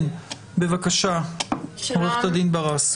שלום.